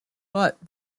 but